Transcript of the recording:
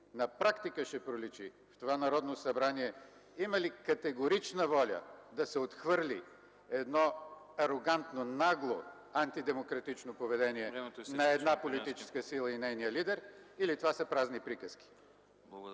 на практика ще проличи в това Народно събрание има ли категорична воля да се отхвърли едно арогантно, нагло, антидемократично поведение на една политическа сила и нейния лидер, или това са празни приказки.